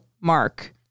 Mark